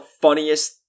funniest